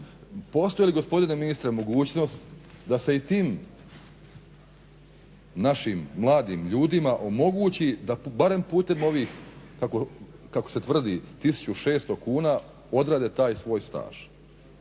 Postoji li gospodine ministre mogućnost da se i tim našim mladim ljudima omogući da barem putem ovih kako se tvrdi 1600 kuna odrade taj svoj staž,